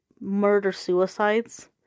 murder-suicides